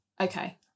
Okay